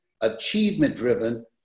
achievement-driven